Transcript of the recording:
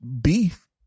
beef